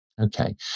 Okay